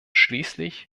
schließlich